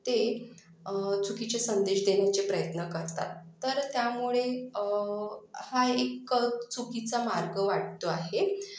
ते चुकीचे संदेश देण्याचे प्रयत्न करतात तर त्यामुळे हा एक चुकीचा मार्ग वाटतो आहे